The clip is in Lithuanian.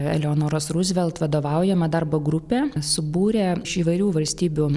eleonoros ruzvelt vadovaujama darbo grupė subūrė iš įvairių valstybių